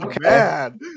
man